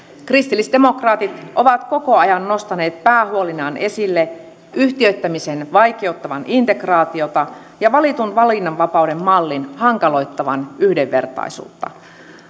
kristillisdemokraatit ovat koko ajan nostaneet päähuolinaan esille yhtiöittämisen vaikeuttavan integraatiota ja valitun valinnanvapauden mallin hankaloittavan yhdenvertaisuutta